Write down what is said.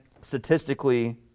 statistically